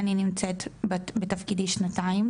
אני נמצאת בתפקידי שנתיים,